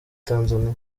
tanzania